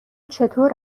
چطور